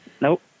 Nope